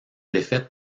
défaite